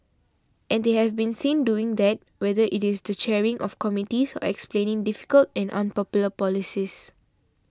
and they have been seen doing that whether it is the chairing of committees or explaining difficult and unpopular policies